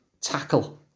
tackle